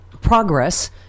progress